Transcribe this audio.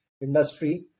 industry